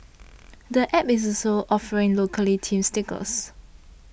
the App is also offering locally themed stickers